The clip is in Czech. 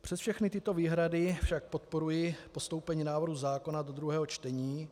Přes všechny tyto výhrady však podporuji postoupení návrhu zákona do druhého čtení.